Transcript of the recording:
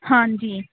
ਹਾਂਜੀ